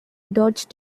dodge